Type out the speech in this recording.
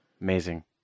Amazing